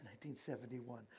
1971